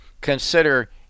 consider